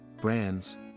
brands